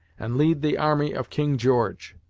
and lead the army of king george!